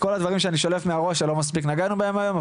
כל הדברים שאני שולף מהראש שלא מספיק נגענו בהם היום,